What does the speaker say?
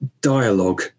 dialogue